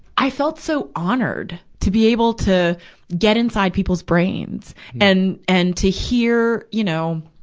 i felt so honored to be able to get inside people's brains and, and to hear, you know,